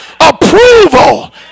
approval